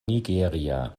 nigeria